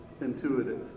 intuitive